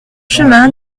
chemin